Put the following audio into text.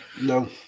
No